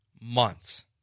months